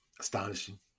astonishing